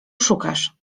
szukasz